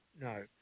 No